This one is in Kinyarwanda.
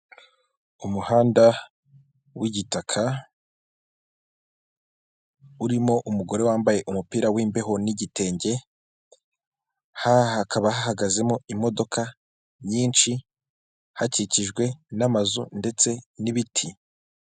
Umuhanda w'igitaka urimo umugore wambaye umupira w'imbeho n'igitenge, hakaba hahagaze imodoka nyinshi hakikijwe n'amazu ndetse n'ibiti.